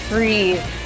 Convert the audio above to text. Breathe